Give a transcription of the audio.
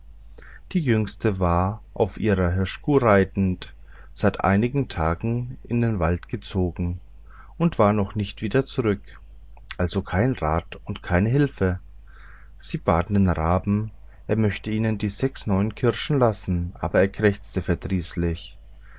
die jüngste war auf ihrer hirschkuh reitend seit einigest tagen in den wald gezogen und war noch nicht wieder zurück also kein rat und keine hilfe sie baten den raben er möchte ihnen die sechs neuen kirschen lassen aber er krächzte verdrießlich